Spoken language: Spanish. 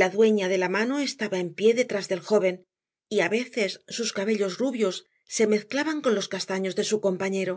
la dueña de la mano estaba en pie detrás del joven y a veces sus cabellos rubios se mezclaban con los castaños de su compañero